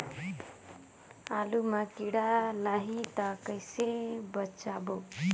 आलू मां कीड़ा लाही ता कइसे बचाबो?